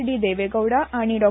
डी देवेगौडा आनी डॉ